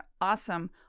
awesome